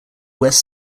west